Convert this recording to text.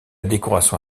décoration